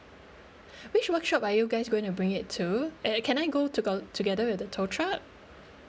which workshop are you guys going to bring it to and can I go to go together with the toll truck